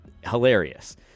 hilarious